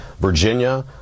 Virginia